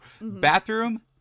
bathroom